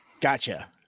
Gotcha